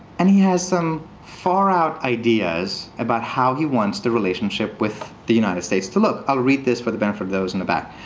and he has some far out ideas about how he wants the relationship with the united states to look. i'll read this for the benefit of those in the back.